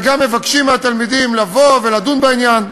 וגם מבקשים מהתלמידים לבוא ולדון בעניין.